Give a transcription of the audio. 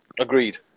Agreed